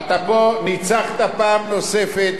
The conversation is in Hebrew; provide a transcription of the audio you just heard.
הם כולם נכנעים לך.